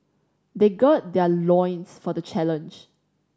they gird their loins for the challenge